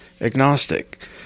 agnostic